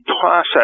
process